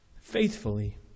faithfully